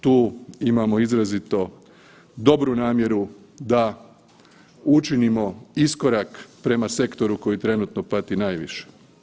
Tu imamo izrazito dobru namjeru da učinimo iskorak prema sektoru koji trenutno pati najviše.